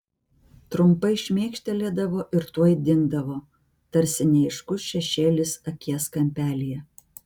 trumpai šmėkštelėdavo ir tuoj dingdavo tarsi neaiškus šešėlis akies kampelyje